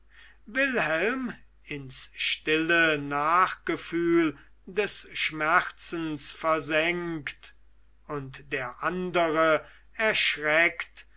wilhelm ins stille nachgefühl des schmerzens versenkt und der andere erschreckt